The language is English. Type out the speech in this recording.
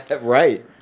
right